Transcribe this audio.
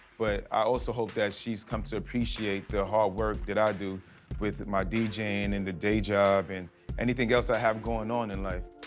but i also hope that she's come to appreciate the hard work that i do with my deejaying and the day job and anything else i have going on in life.